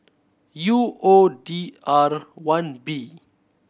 U O D R one B